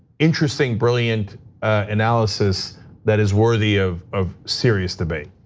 interesting, brilliant analysis that is worthy of of serious debate.